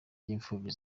by’imfubyi